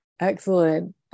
Excellent